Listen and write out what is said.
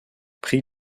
prix